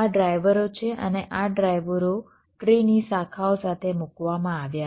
આ ડ્રાઈવરો છે અને આ ડ્રાઈવરો ટ્રીની શાખાઓ સાથે મૂકવામાં આવ્યા છે